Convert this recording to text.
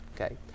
okay